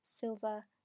silver